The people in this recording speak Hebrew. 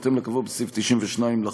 בהתאם לקבוע בסעיף 92 לחוק.